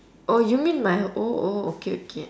oh you mean my oh oh okay okay